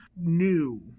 new